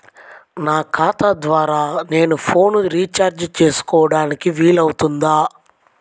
నా ఖాతా ద్వారా నేను ఫోన్ రీఛార్జ్ చేసుకోవడానికి వీలు అవుతుందా?